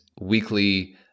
weekly